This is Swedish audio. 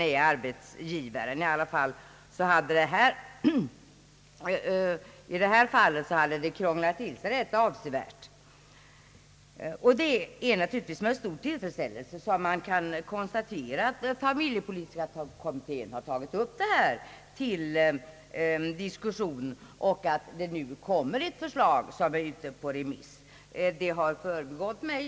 I det fall som jag har åberopat hade det krånglat till sig rätt avsevärt, och det är naturligtvis med stor tillfredsställelse som man kan konstatera att familjepolitiska kommittén tagit upp frågan till diskussion och även avlämnat ett förslag som nu är ute på remiss, något som hade förbigått mig.